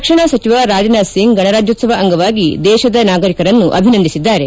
ರಕ್ಷಣಾ ಸಚಿವ ರಾಜನಾಥ್ಸಿಂಗ್ ಗಣರಾಜ್ಯೋತ್ಸವ ಅಂಗವಾಗಿ ದೇಶದ ನಾಗರಿಕರನ್ನು ಅಭಿನಂದಿಸಿದ್ದಾರೆ